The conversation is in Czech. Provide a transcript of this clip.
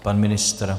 Pan ministr?